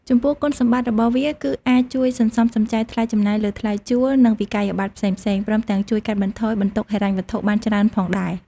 ចំពោះគុណសម្បត្តិរបស់វាគឺអាចជួយសន្សំសំចៃថ្លៃចំណាយលើថ្លៃជួល និងវិក្កយបត្រផ្សេងៗ ព្រមទាំងជួយកាត់បន្ថយបន្ទុកហិរញ្ញវត្ថុបានច្រើនផងដែរ ។